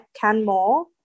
canmore